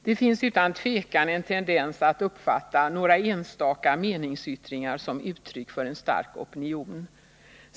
Det finns utan tvivel en tendens att uppfatta några enstaka meningsyttringar som uttryck för en stark opinion.